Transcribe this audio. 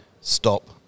stop